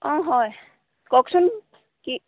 অঁ হয় কওকচোন কি